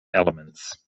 elements